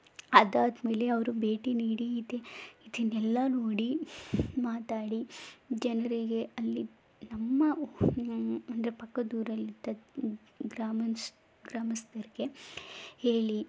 ಅದಾದ ಮೇಲೆ ಅವರು ಭೇಟಿ ನೀಡಿ ಇದು ಇದನ್ನೆಲ್ಲ ನೋಡಿ ಮಾತಾಡಿ ಜನರಿಗೆ ಅಲ್ಲಿ ನಮ್ಮ ಅಂದರೆ ಪಕ್ಕದೂರಲ್ಲಿ ಇದ್ದ ಗ್ರಾಮ ಗ್ರಾಮಸ್ಥರಿಗೆ ಹೇಳಿ